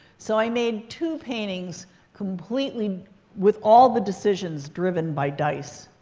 so i made two paintings completely with all the decisions driven by dice.